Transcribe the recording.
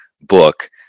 book